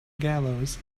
gallows